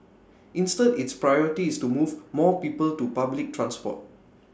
instead its priority is to move more people to public transport